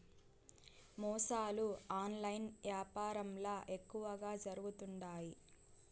మోసాలు ఆన్లైన్ యాపారంల ఎక్కువగా జరుగుతుండాయి